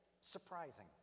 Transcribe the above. surprising